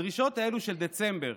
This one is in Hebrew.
הדרישות האלו, של דצמבר